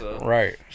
right